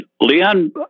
Leon